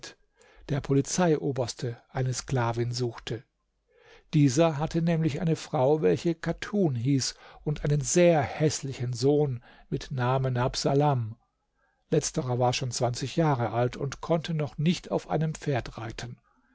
der polizeioberste eine sklavin suchte dieser hatte nämlich eine frau welche chatun hieß und einen sehr häßlichen sohn mit namen habsalam letzterer war schon zwanzig jahre alt und konnte noch nicht auf einem pferd reiten